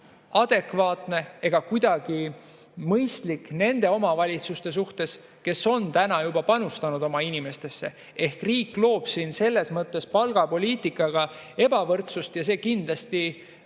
adekvaatne ega kuidagi mõistlik nende omavalitsuste suhtes, kes on juba panustanud oma inimestesse. Ehk riik loob selles mõttes palgapoliitikaga ebavõrdsust ja see on kindlasti